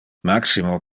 maximo